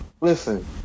Listen